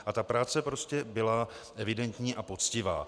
A ta práce prostě byla evidentní a poctivá.